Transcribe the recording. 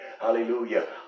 hallelujah